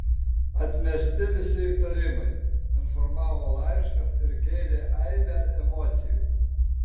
atmesti visi įtarimai informavo laiškas ir kėlė aibę emocijų